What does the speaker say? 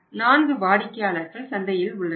4 வாடிக்கையாளர்கள் சந்தையில் உள்ளனர்